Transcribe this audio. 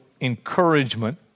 encouragement